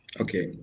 Okay